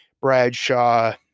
Bradshaw